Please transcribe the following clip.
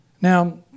Now